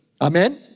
Amen